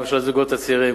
גם של הזוגות הצעירים,